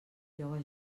lloga